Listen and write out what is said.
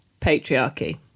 patriarchy